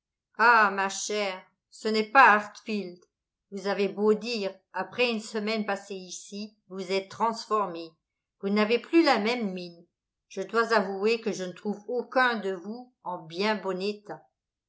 ah ma chère ce n'est pas hartfield vous avez beau dire après une semaine passée ici vous êtes transformée vous n'avez plus la même mine je dois avouer que je ne trouve aucun de vous en bien bon état